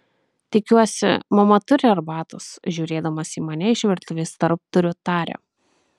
tikiuosi mama turi arbatos žiūrėdamas į mane iš virtuvės tarpdurio taria